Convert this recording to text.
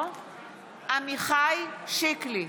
אינו נוכח מיכל שיר סגמן,